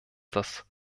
das